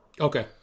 Okay